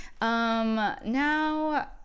now